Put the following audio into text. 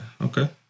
Okay